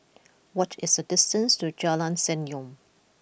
what is the distance to Jalan Senyum